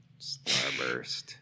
Starburst